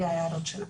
אלו ההערות שלנו.